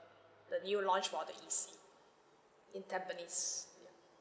the new launch for the E_C in tampines ya